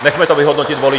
Nechme to vyhodnotit voliče.